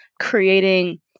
creating